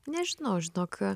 nežinau žinok